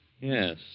Yes